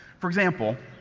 for example,